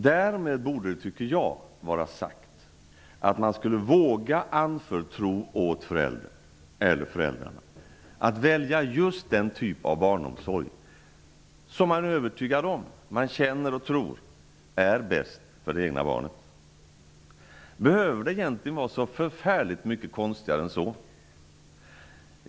Därmed tycker jag att man borde våga anförtro åt föräldern eller föräldrarna att välja just den typ av barnomsorg som man är övertygad om eller känner och tror är bäst för det egna barnet. Behöver det egentligen vara så förfärligt mycket konstigare än så?